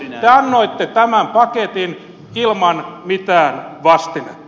te annoitte tämän paketin ilman mitään vastinetta